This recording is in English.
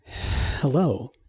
Hello